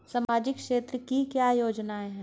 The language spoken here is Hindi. सामाजिक क्षेत्र की योजना क्या है?